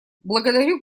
благодарю